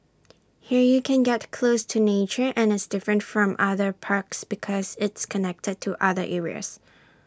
here you can get close to nature and it's different from other parks because it's connected to other areas